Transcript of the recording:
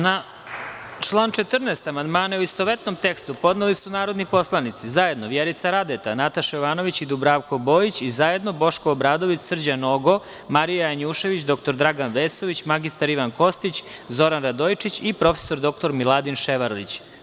Na član 14. amandmane, u istovetnom tekstu, podneli su narodni poslanici zajedno Vjerica Radeta, Nataša Jovanović i Dubravko Bojić i zajedno Boško Obradović, Srđan Nogo, Marija Janjušević, dr Dragan Vesović, mr Ivan Kostić, Zoran Radojičić i prof. dr Miladin Ševarlić.